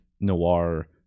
noir